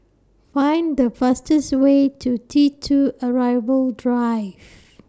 Find The fastest Way to T two Arrival Drive